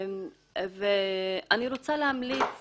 אני רוצה להמליץ